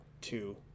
two